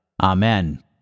Amen